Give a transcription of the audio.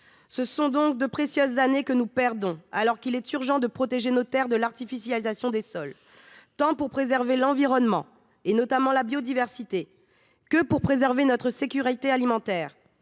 Ce sont de précieuses années que nous perdons, alors qu’il est urgent de protéger nos terres de l’artificialisation des sols, pour préserver tant l’environnement, notamment la biodiversité, que notre sécurité alimentaire.